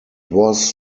was